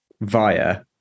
via